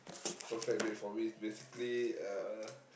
perfect date for me is basically uh